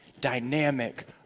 dynamic